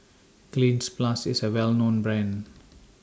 Cleanz Plus IS A Well known Brand